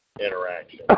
interaction